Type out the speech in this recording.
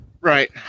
Right